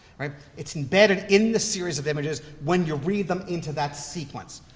it's embedded in the series of images when you read them into that sequence.